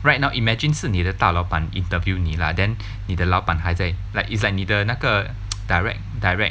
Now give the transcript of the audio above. right now imagine 是你的大老板 interview 你 lah then 你的老板还在 like it's like 你的那个 direct direct